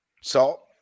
Salt